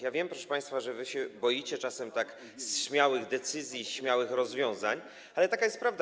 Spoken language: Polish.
Ja wiem, proszę państwa, że wy się boicie czasem tak śmiałych decyzji, śmiałych rozwiązań, ale taka jest prawda.